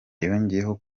yongeyeho